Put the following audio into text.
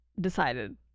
decided